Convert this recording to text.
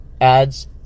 ads